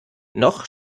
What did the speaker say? noch